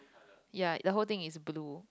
ya the whole thing is blue